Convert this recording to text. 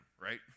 right